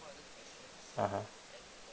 (uh huh)